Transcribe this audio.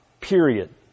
Period